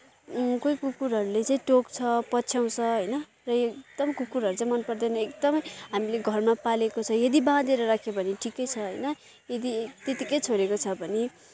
कोही कुकुरहरूले चाहिँ टोक्छ पछ्याउँछ होइन र यो एकदम कुकुरहरू चाहिँ मनपर्दैन एकदम हामीले घरमा पालेको चाहिँ यदि बाँधेर राख्यो भने ठिकै छ होइन यदि त्यत्तिकै छोडेको छ भने